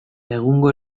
egungo